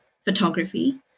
photography